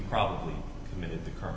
probably committed the crime